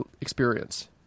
experience